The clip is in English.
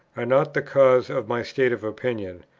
are not the cause of my state of opinion,